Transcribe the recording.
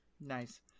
Nice